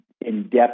in-depth